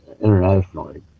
internationally